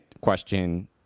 question